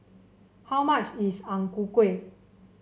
how much is Ang Ku Kueh